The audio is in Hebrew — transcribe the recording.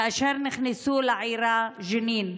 כאשר נכנסו לעירה ג'נין.